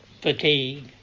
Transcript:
fatigue